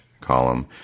column